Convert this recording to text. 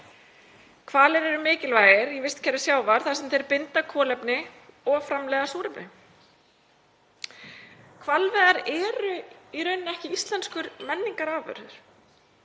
Hvalir eru mikilvægir í vistkerfi sjávar þar sem þeir binda kolefni og framleiða súrefni. Hvalveiðar eru í rauninni ekki íslenskur menningararfur.